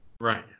Right